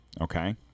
okay